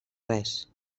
res